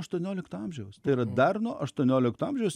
aštuoniolikto amžiaus tai yra dar nuo aštuoniolikto amžiaus